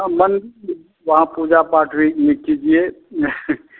हाँ मंदिर वहाँ पूजा पाठ भी कीजिए